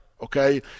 okay